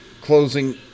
closing